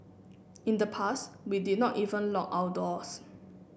in the past we did not even lock our doors